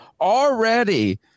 already